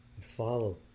Follow